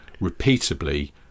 repeatably